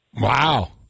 Wow